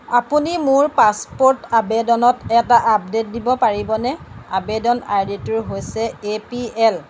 আপুনি মোৰ পাছপোৰ্ট আবেদনত এটা আপডে'ট দিব পাৰিবনে আৱেদন আইডি টো হৈছে এ পি এল